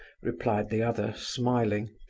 replied the other, smiling.